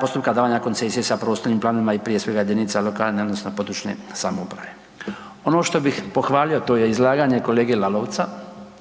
postupka davanja koncesije sa prostornim planovima i prije svega jedinica lokalne odnosno područne samouprave. Ono što bih pohvalio to je izlaganje kolege Lalovca